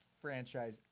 franchise